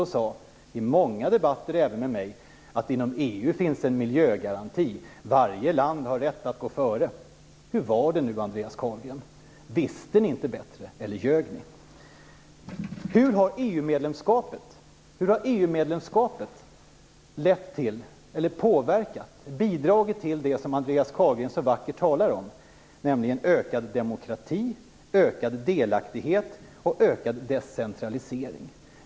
Det sades ju i många debatter, även i debatter med mig: Inom EU finns det en miljögaranti. Varje land har rätt att gå före. Hur var det, Andreas Carlgren? Visste ni inte bättre, eller ljög ni? Hur har EU-medlemskapet påverkat och bidragit till det som Andreas Carlgren så vackert talar om, nämligen ökad demokrati, ökad delaktighet och ökad decentralisering?